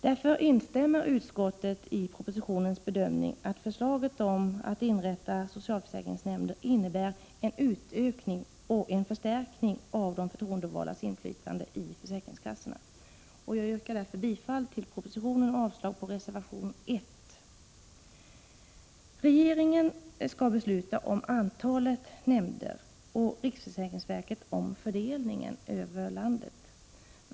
Därför instämmer utskottet i bedömningen som görs i propositionen att förslaget om att inrätta socialförsäkringsnämnder innebär en utökning och en förstärkning av de förtroendevaldas inflytande i försäkringskassorna. Jag yrkar därför bifall till propositionen och avslag på reservation 1. Regeringen skall besluta om antalet nämnder och riksförsäkringsverket om fördelningen över landet.